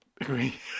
agree